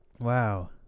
Wow